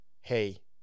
hey